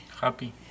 Happy